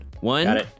one